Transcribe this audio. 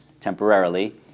temporarily